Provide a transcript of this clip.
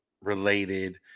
related